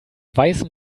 weißem